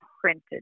printed